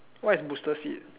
what is booster seat